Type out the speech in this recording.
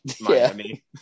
Miami